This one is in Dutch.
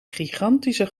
gigantische